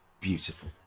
beautiful